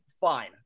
Fine